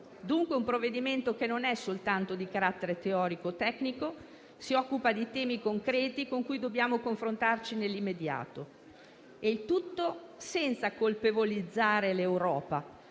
Dunque un provvedimento che non è soltanto di carattere teorico e tecnico, ma che si occupa di temi concreti con cui dobbiamo confrontarci nell'immediato, il tutto senza colpevolizzare l'Europa,